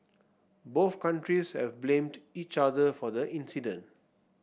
both countries have blamed each other for the incident